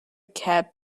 cab